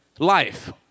life